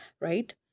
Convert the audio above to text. right